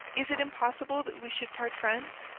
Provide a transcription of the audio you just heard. is it impossible that we should part friends?